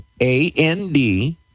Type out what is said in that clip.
A-N-D